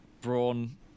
Brawn